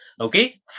okay